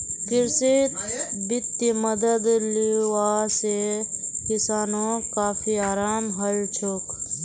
कृषित वित्तीय मदद मिलवा से किसानोंक काफी अराम हलछोक